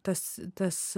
tas tas